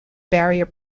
barrier